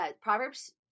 Proverbs